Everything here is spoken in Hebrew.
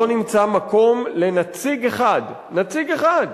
לא נמצא מקום לנציג אחד, נציג אחד,